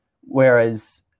Whereas